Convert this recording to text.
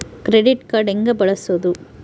Credit card ಹೆಂಗ ಬಳಸೋದು?